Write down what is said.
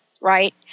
right